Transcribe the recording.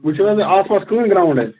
وۄنۍ چھُنہٕ حظ آس پاس کٕہیٖنۍ گرٛاوُنٛڈ اَتہِ